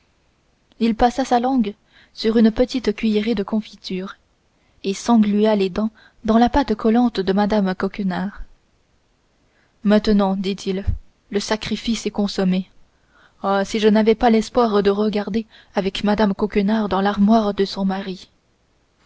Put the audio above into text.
il passa la langue sur une petite cuillerée de confitures et s'englua les dents dans la pâte collante de mme coquenard maintenant se dit-il le sacrifice est consommé ah si je n'avais pas l'espoir de regarder avec mme coquenard dans l'armoire de son mari